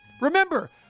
Remember